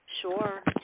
Sure